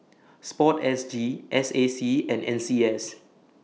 Sport S G S A C and N C S